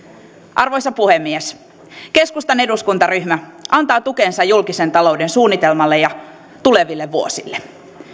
arvoisa puhemies keskustan eduskuntaryhmä antaa tukensa julkisen talouden suunnitelmalle ja tuleville vuosille